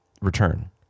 return